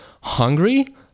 hungry